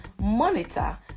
monitor